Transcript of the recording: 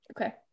Okay